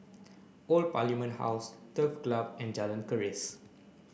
old Parliament House Turf Club and Jalan Keris